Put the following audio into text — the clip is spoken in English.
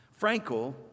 Frankel